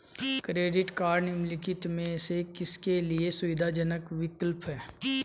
Credit cards निम्नलिखित में से किसके लिए सुविधाजनक विकल्प हैं?